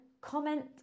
comment